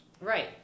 Right